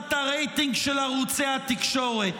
במדידת הרייטינג של ערוצי התקשורת?